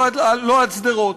לא עד שדרות.